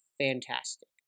Fantastic